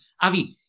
Avi